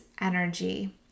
energy